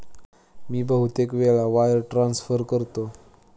मी बहुतेक वेळा wire transfer करतो